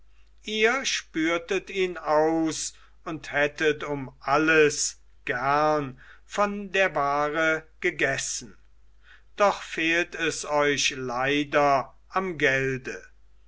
ihr spürtet ihn aus und hättet um alles gern von der ware gegessen doch fehlt es euch leider am gelde